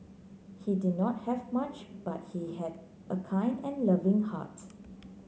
he did not have much but he had a kind and loving heart